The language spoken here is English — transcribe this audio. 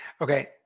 okay